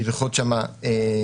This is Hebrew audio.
ללחוץ שם על